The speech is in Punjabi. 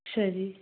ਅੱਛਾ ਜੀ